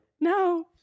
No